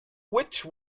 which